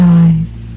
eyes